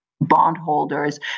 bondholders